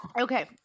Okay